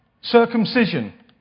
Circumcision